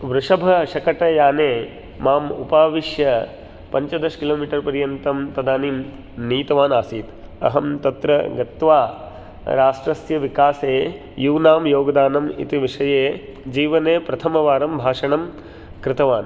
वृषभशकटयाने माम् उपाविश्य पञ्चदश किलोमीटर् पर्यन्तं तदानीं नीतवान् आसीत् अहं तत्र गत्वा राष्ट्रस्य विकासे यूनां योगदानम् इति विषये जीवने प्रथमवारं भाषणं कृतवान्